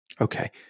Okay